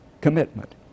Commitment